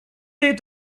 des